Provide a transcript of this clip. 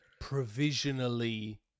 provisionally